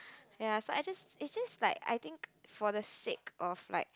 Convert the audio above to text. ya I just it just like I think for the sick of like